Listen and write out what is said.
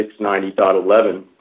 690.11